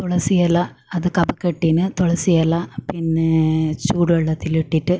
തുളസിയില അത് കഫക്കെട്ടിന് തുളസിയില പിന്നെ ചൂട് വെളത്തിലിട്ടിട്ട്